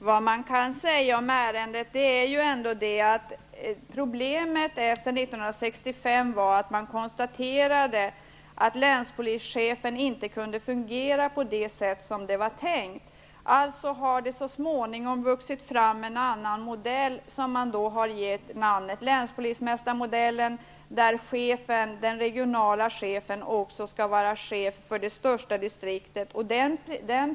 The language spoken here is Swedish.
Herr talman! Man konstaterade att problemet efter 1965 var att länspolischefen inte kunde fungera på det sätt som var tänkt. Alltså har det så småningom vuxit fram en annan modell vid namn länspolismästarmodellen. Den regionala chefen skall också vara chef för det största distriktet.